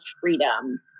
freedom